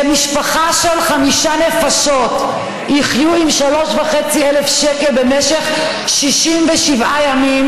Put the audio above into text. שמשפחה של חמש נפשות יחיו מ-3,500 שקל במשך 67 ימים?